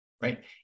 Right